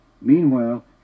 Meanwhile